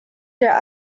der